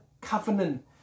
covenant